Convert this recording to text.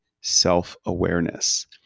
self-awareness